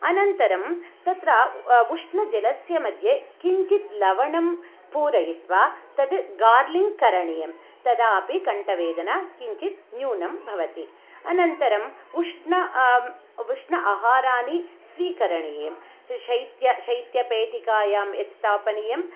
अनन्तरं तत्र उष्णजलस्य मध्ये किञ्चित् लवणं पूरयित्वा तत् गार्लिङ्ग् करणीयं तदापि कण्टठवेदना किञ्चित् न्यूनं भवति अनन्तरम् उष्ण आहाराणि स्वीकरणीयं शैत्य शैत्यपेटिकायां यत् स्थापनीयं